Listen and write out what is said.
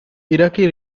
iraqi